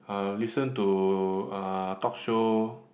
uh listen to uh talk show